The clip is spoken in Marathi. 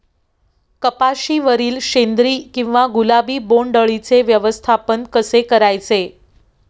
कपाशिवरील शेंदरी किंवा गुलाबी बोंडअळीचे व्यवस्थापन कसे करायचे?